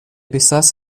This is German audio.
besaß